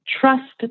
trust